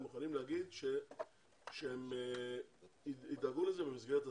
הם מוכנים להגיד שהם ידאגו לזה במסגרת התקציב,